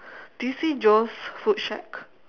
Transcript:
do you see Joe's food shack